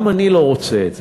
גם אני לא רוצה את זה.